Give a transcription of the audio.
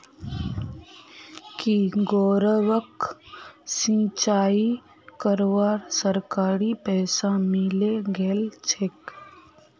की गौरवक सिंचाई करवार सरकारी पैसा मिले गेल छेक